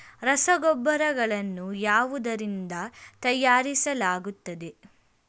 ರಸಗೊಬ್ಬರಗಳನ್ನು ಯಾವುದರಿಂದ ತಯಾರಿಸಲಾಗುತ್ತದೆ?